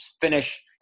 Finish